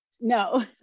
No